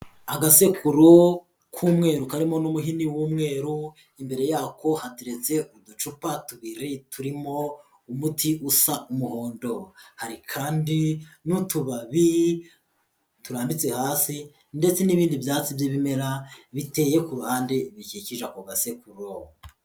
Agasekuru k'umweru karimo n'umuhini w'umweru, imbere yako hateretse uducupa tubiri turimo umuti usa umuhondo, hari kandi n'utubabi turambitse hasi, ndetse n'ibindi byatsi by'ibimera biteye ku ruhande bikikije ako gasekuro.